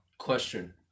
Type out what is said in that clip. Question